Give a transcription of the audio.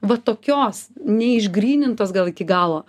va tokios neišgrynintos gal iki galo